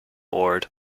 ward